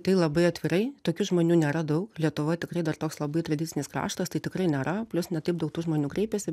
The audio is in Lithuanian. tai labai atvirai tokių žmonių nėra daug lietuvoj tikrai dar toks labai tradicinis kraštas tai tikrai nėra plius ne taip daug tų žmonių kreipiasi